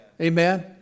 Amen